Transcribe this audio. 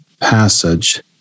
passage